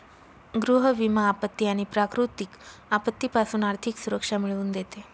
गृह विमा आपत्ती आणि प्राकृतिक आपत्तीपासून आर्थिक सुरक्षा मिळवून देते